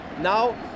now